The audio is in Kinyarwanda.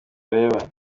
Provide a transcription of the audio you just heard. areba